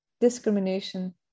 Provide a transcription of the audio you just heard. discrimination